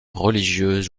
religieuses